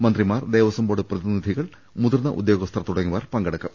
മന്ത്രിമാർ ദേവസ്വം ബോർഡ് പ്രതിനിധികൾ മുതിർന്ന ഉദ്യോഗസ്ഥർ തുടങ്ങി യവർ പങ്കെടുക്കും